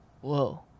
whoa